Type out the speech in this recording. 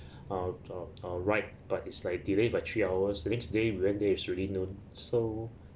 out of uh right but it's like delay for three hours the next day we went there it's already noon so